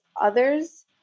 others